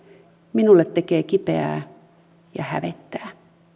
minulle tekee kipeää ja hävettää